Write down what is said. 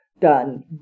done